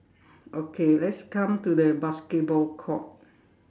okay let's come to the basketball court